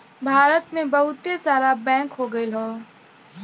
भारत मे बहुते सारा बैंक हो गइल हौ